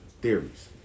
theories